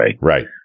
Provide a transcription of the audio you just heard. Right